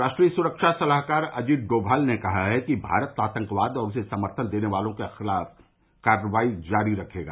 राष्ट्रीय सुरक्षा सलाहकार अजीत डोभाल ने कहा है कि भारत आतंकवाद और उसे समर्थन देने वालों के खिलाफ कार्रवाई जारी रखेगा